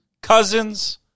Cousins